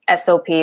SOP